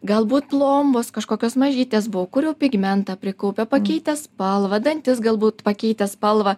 galbūt plombos kažkokios mažytės buvo kur jau pigmentą prikaupę pakeitę spalvą dantys galbūt pakeitę spalvą